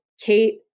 Kate